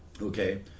Okay